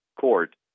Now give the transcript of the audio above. court